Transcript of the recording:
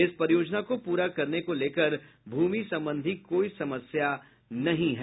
इस परियोजना को प्ररा करने को लेकर भूमि संबंधी कोई समस्या नहीं है